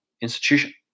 institution